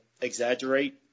exaggerate